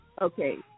Okay